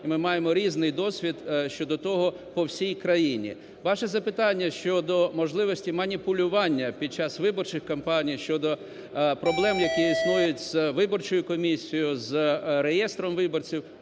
і ми маємо різний досвід щодо того по всій країні. Ваше запитання щодо можливості маніпулювання під час виборчих кампаній щодо проблем, які існують з виборчою комісією, з реєстром виборців,